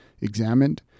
examined